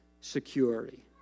security